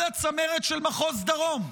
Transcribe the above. כל הצמרת של מחוז דרום,